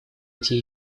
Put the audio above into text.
эти